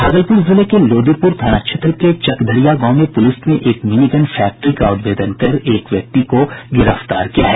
भागलपुर जिले के लोदीपुर थाना क्षेत्र के चकदरिया गांव में पुलिस ने एक मिनी गन फैक्ट्री का उद्भेदन कर एक व्यक्ति को गिरफ्तार किया है